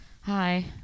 Hi